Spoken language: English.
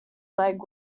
leg